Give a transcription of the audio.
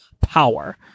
power